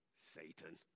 Satan